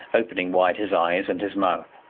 opening wide his eyes and his mouth,